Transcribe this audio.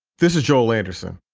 this is joel anderson,